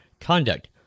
conduct